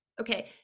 Okay